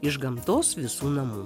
iš gamtos visų namų